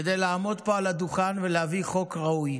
כדי לעמוד פה על הדוכן ולהביא חוק ראוי,